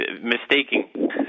mistaking